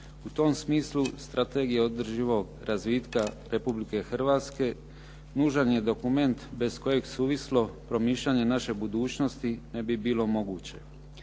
U tom smislu, Strategija održivog razvitka Republike Hrvatske nužan je dokument bez kojeg suvislo promišljanje naše budućnosti ne bi bilo moguće.